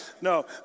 no